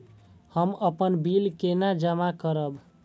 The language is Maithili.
हम अपन बिल केना जमा करब?